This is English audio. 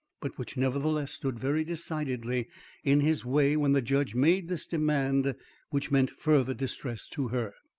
but which nevertheless stood very decidedly in his way when the judge made this demand which meant further distress to her.